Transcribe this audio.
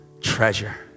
treasure